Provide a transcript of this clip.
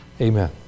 amen